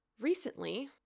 recently